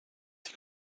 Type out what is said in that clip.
die